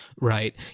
right